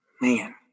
man